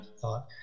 thought